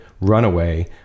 Runaway